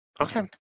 Okay